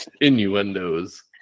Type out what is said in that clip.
Innuendos